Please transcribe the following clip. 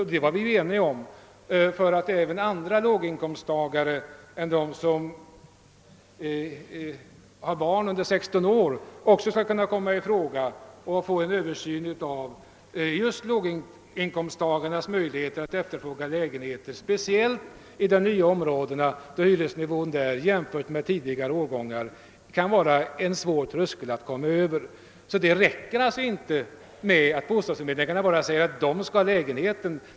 Vi stod eniga bakom denna begäran, som var motiverad av kravet att även andra låginkomsttagare än de som har barn under 16 år skall kunna komma i fråga. Vi krävde en översyn av låginkomsttagarnas möjligheter att efterfråga lägenheter i speciellt de nya områdena, där den höga hyresnivån i förhållande till läget i äldre områden kan fungera som en tröskel som är svår att komma över. Det räcker alltså inte med att bostadsförmedlingarna säger att de skall ha lägenheten.